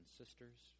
sisters